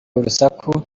urusaku